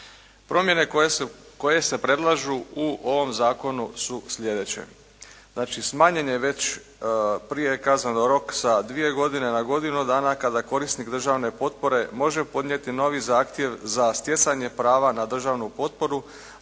Promjene koje se predlažu u ovom zakonu su sljedeće. Znači smanjen je već, prije kazneni rok sa dvije godine na godinu dana kada korisnik državne potpore može podnijeti novi zahtjev za stjecanje prava na državnu potporu,